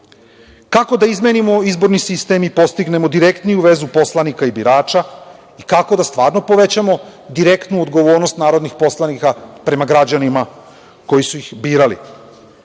da izmenimo izborni sistem i postignemo direktniju vezu poslanika i birača i kako da stvarno povećamo direktnu odgovornost narodnih poslanika prema građanima koji su ih birali?